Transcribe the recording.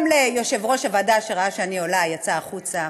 גם ליושב-ראש הוועדה, שראה שאני עולה, יצא החוצה,